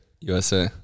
USA